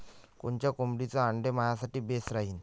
कोनच्या कोंबडीचं आंडे मायासाठी बेस राहीन?